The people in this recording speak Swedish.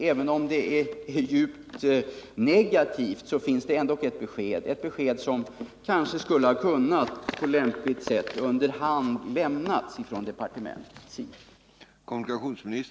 Även om det är djupt negativt, så finns det ändå ett besked — ett besked som kanske på lämpligt sätt under hand skulle ha kunnat lämnas från departementets sida.